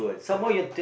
correct